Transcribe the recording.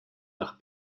nach